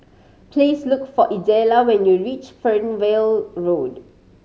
please look for Idella when you reach Fernvale Road